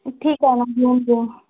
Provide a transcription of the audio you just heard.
ठीक आहे न घेऊन जाऊ